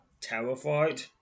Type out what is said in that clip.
terrified